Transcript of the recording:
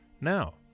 Now